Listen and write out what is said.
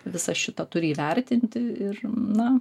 visą šitą turi įvertinti ir na